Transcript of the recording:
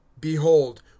behold